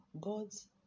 God's